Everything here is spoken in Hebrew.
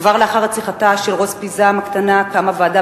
כבר לאחר רציחתה של רוז פיזם הקטנה קמה ועדה